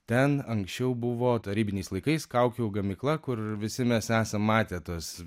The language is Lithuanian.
ten anksčiau buvo tarybiniais laikais kaukių gamykla kur visi mes esam matę tuos